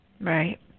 Right